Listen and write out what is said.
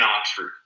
Oxford